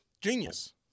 Genius